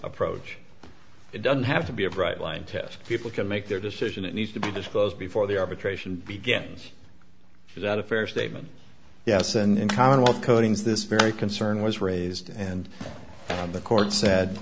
approach it doesn't have to be a bright line test people can make their decision it needs to be disclosed before the arbitration begins without a fair statement yes and commonwealth codings this very concern was raised and on the court